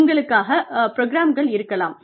உங்களுக்காக ப்ரோக்ராம்கள் இருக்கலாம்